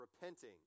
repenting